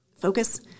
focus